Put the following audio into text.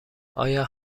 آیا